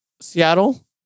Seattle